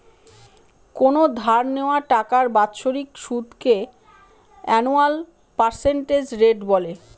কোনো ধার নেওয়া টাকার বাৎসরিক সুদকে আনুয়াল পার্সেন্টেজ রেট বলে